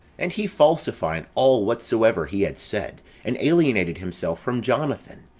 and he falsified all whatsoever he had said, and alienated himself from jonathan,